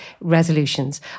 resolutions